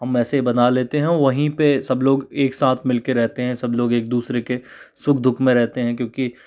हम ऐसे बना लेते है और वहीं पर सब लोग एक साथ मिल कर रहते है सब लोग एक दुसरे के सुख दुख में रहते है क्योंकि